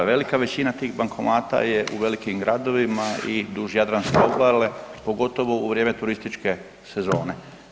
Velika većina tih bankomata je u velikim gradovima i duž Jadranske obale, pogotovo u vrijeme turističke sezone.